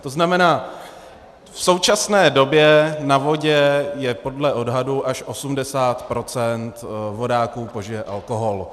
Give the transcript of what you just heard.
To znamená, v současné době na vodě podle odhadu až 80 % vodáků požije alkohol.